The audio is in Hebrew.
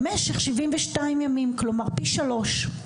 במשך 72 ימים, כלומר פי שלוש.